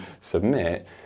submit